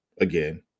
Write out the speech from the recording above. again